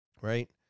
right